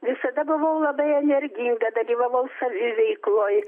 visada buvau labai energinga dalyvavau saviveikloj